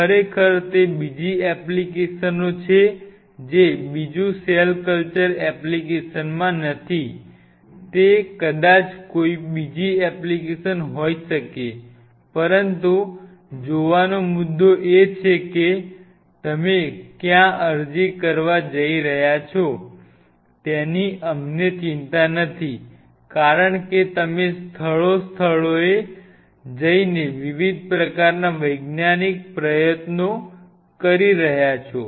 ખરેખર તે બીજી એપ્લિકેશનો છે જે બીજું સેલ કલ્ચર એપ્લિકેશનમાં નથી તે કદાચ કોઈ બીજી એપ્લિકેશન હોઈ શકે પરંતુ જોવાનો મુદ્દો એ છે કે તમે ક્યાં અરજી કરવા જઇ રહ્યા છો તેની અમને ચિંતા નથી કારણ કે તમે સ્થળો સ્થળોએ જઇને વિવિધ પ્રકારના વૈજ્ઞાનિક પ્રયત્નો કરી રહ્યા છો